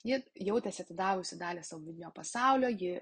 ji jautėsi atidavusi dalį savo vidinio pasaulio ji